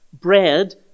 Bread